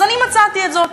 אז אני מצאתי את זאת.